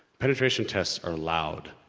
penetration tests are loud!